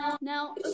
Now